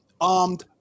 armed